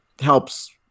helps